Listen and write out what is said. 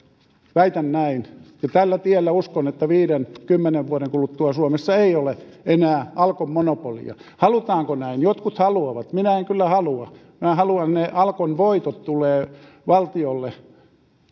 väitän näin tällä tiellä uskon että viiden viiva kymmenen vuoden kuluttua suomessa ei ole enää alkon monopolia halutaanko näin jotkut haluavat minä en kyllä halua minä haluan että ne alkon voitot tulevat valtiolle